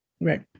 Right